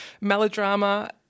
melodrama